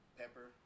pepper